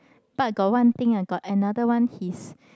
but got one thing ah got another one his